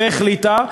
והחליטה,